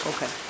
Okay